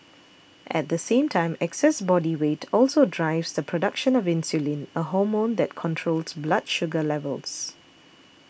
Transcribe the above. at the same time excess body weight also a drives the production of insulin a hormone that controls blood sugar levels